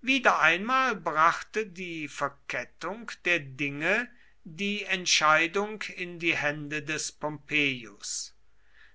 wieder einmal brachte die verkettung der dinge die entscheidung in die hände des pompeius